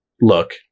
look